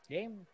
Game